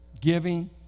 giving